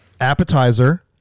appetizer